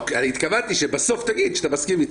התכוונתי שבסוף תגיד שאתה מסכים איתי.